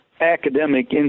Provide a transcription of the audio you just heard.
academic